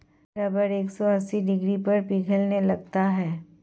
rubber एक सौ अस्सी डिग्री पर पिघलने लगता है